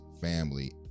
family